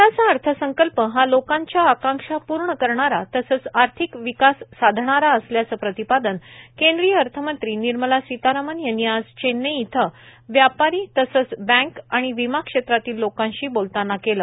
यंदाचा अर्थसंकल्प हा लोकांच्या आकांक्षा पूर्ण करणारा तसंच आर्थिक विकास साधणारा असल्याचं प्रतिपादन केंद्रीय अर्थमंत्री निर्मला सितारामन् यांनी आज चेन्नई इथं व्यापारी तसंच बँक विमा क्षेत्रातील लोकांशी बोलताना केलं